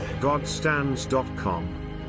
Godstands.com